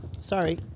Sorry